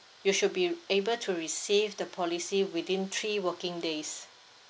you should be able to receive the policy within three working days